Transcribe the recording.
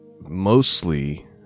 mostly